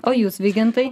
o jūs vygintai